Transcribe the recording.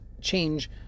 change